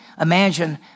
imagine